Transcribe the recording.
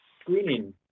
screening